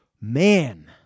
man